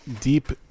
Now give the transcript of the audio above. deep